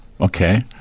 Okay